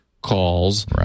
calls